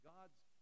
God's